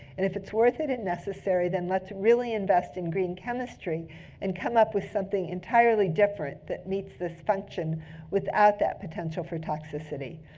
and if it's worth it and necessary, then let's really invest in green chemistry and come up with something entirely different that meets this function without that potential for toxicity.